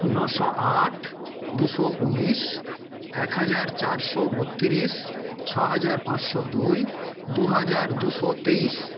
নশো আট দুশো উনিশ এক হাজার চারশো বত্রিশ ছ হাজার পাঁচশো দুই দু হাজার দুশো তেইশ